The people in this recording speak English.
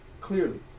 clearly